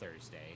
Thursday